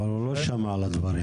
אבל הוא לא שמע על הדברים.